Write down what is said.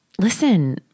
listen